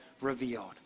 revealed